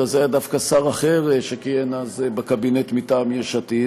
אלא זה היה דווקא שר אחר שכיהן אז בקבינט מטעם יש עתיד,